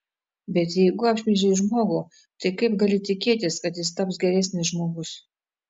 bet jeigu apšmeižei žmogų tai kaip gali tikėtis kad jis taps geresnis žmogus